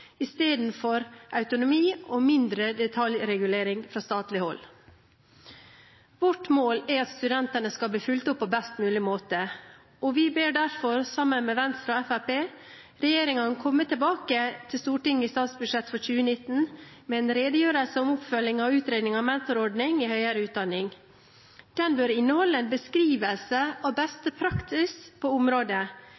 istedenfor autonomi og mindre detaljregulering fra statlig hold. Vårt mål er at studentene skal bli fulgt opp på best mulig måte. Vi ber derfor – sammen med Venstre og Fremskrittspartiet – regjeringen om å komme tilbake til Stortinget i statsbudsjettet for 2019 med en redegjørelse om oppfølgingen av utredningen av mentorordning i høyere utdanning. Den bør inneholde en beskrivelse